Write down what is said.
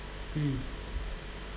mm